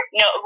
no